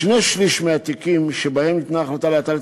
בשני-שלישים מהתיקים שבהם ניתנה החלטה להטלת